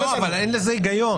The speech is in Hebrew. אבל אין לזה היגיון.